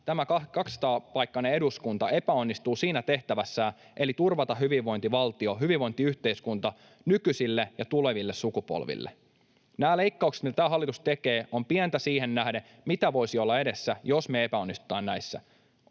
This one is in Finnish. tämä 200-paikkainen eduskunta epäonnistuu tehtävässään turvata hyvinvointivaltio, hyvinvointiyhteiskunta nykyisille ja tuleville sukupolville. Nämä leikkaukset, mitä tämä hallitus tekee, ovat pientä siihen nähden, mitä voisi olla edessä, jos me epäonnistutaan näissä.